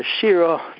Shiro